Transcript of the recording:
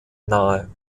nahe